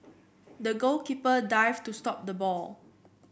the goalkeeper dived to stop the ball